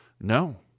No